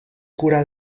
cura